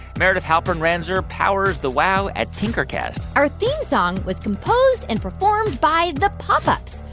meredith halpern-ranzer powers the wow at tinkercast our theme song was composed and performed by the pop ups.